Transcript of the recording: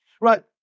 Right